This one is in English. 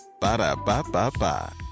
Ba-da-ba-ba-ba